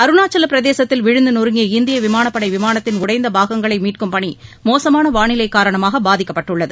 அருணாச்சலப் பிரதேசத்தில் விழுந்து நொறுங்கிய இந்திய விமானப்படை விமானத்தின் உடைந்த பாகங்களை மீட்கும் பணி மோசமான வானிலை காரணமாக பாதிக்கப்பட்டுள்ளது